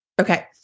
Okay